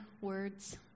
words